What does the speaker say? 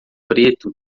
preto